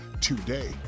today